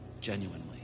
genuinely